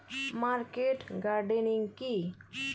Market gardening কি?